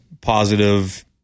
positive